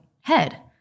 head